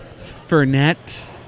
Fernet